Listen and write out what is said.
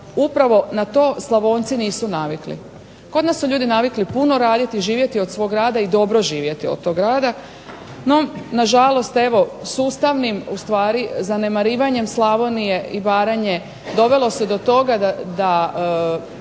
upravo na to Slavonci nisu navikli. Kod nas su ljudi navikli puno raditi, živjeti od svog rada i dobro živjeti od tog rada, no na žalost evo sustavnim, ustvari zanemarivanjem Slavonije i Baranje dovelo se do toga da